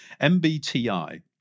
MBTI